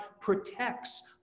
protects